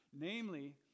namely